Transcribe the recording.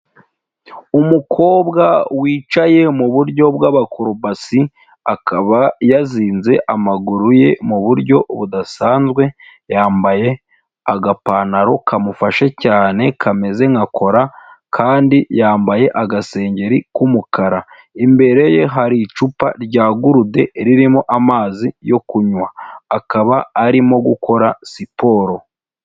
Umukobwa wicaye mu buryo bw'abakorobasi, akaba yazinze amaguru ye mu buryo budasanzwe, yambaye agapantaro kamufashe cyane kameze nka kola, kandi yambaye agasengeri k'umukara, imbere ye hari icupa rya gurude ririmo amazi yo kunywa, akaba arimo gukora siporo.